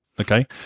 okay